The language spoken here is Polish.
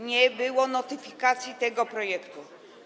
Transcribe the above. Nie było notyfikacji tego projektu.